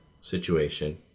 situation